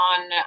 on